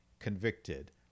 convicted